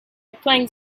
applying